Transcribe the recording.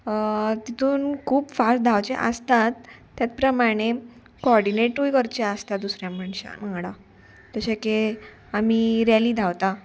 तितून खूब फास्ट धांवचे आसतात त्याच प्रमाणे कोर्डिनेटूय करचे आसता दुसऱ्या मनशान वांगडा जशें की आमी रॅली धांवता